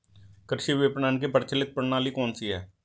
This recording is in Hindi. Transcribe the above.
कृषि विपणन की प्रचलित प्रणाली कौन सी है?